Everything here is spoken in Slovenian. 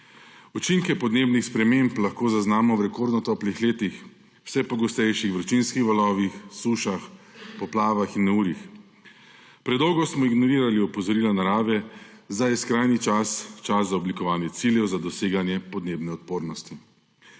Učinke podnebnih sprememb lahko zaznamo v rekordno toplih letih, vse pogostejših vročinskih valovih, sušah, poplavah in neurjih. Predolgo smo ignorirali opozorila narave, sedaj je skrajni čas, čas za oblikovanje ciljev za doseganje podnebne odpornosti.